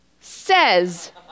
says